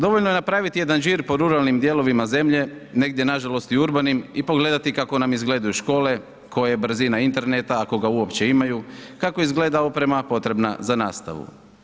Dovoljno je napraviti jedan đir po ruralnim dijelovima zemlje, negdje nažalost i urbanim i pogledati kako nam izgledaju škole, koja je brzina interneta ako ga uopće imaju, kako izgleda oprema potrebna za nastavu.